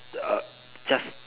uh just